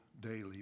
daily